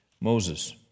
Moses